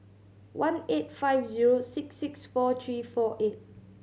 one eight five zero six six four three four eight